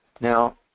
now